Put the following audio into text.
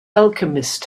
alchemist